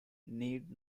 need